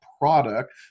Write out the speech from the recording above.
product